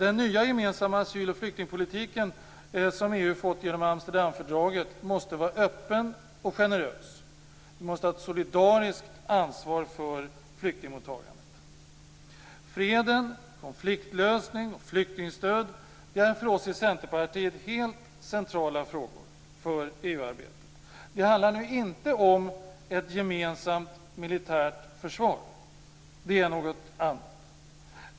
Den nya gemensamma asyl och flyktingpolitik som EU har fått genom Amsterdamfördraget måste vara öppen och generös. Vi måste ha ett solidariskt ansvar för flyktingmottagandet. Freden, konfliktlösning och flyktingstöd är för oss i Centerpartiet helt centrala frågor för EU-arbetet. Det handlar inte om ett gemensamt militärt försvar - det är något annat.